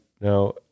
now